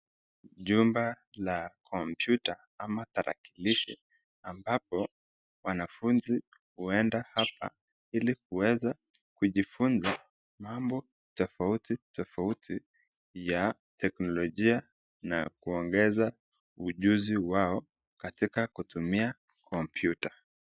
Jumba la kompyuta ama tarakilishi ambapo wanafunzi huenda hapa ili kuweza kujifunza mambo tofauti tofauti ya teknolojia na kuongeza ujuzi wao katika kutumia kompyuta.